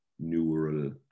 neural